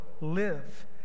live